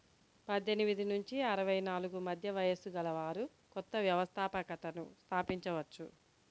పద్దెనిమిది నుంచి అరవై నాలుగు మధ్య వయస్సు గలవారు కొత్త వ్యవస్థాపకతను స్థాపించవచ్చు